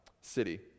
city